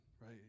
right